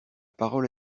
parole